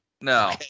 No